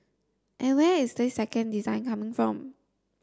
and where is this second design coming from